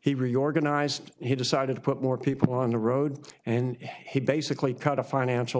he reorganized he decided to put more people on the road and he basically cut a financial